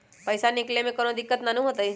पईसा निकले में कउनो दिक़्क़त नानू न होताई?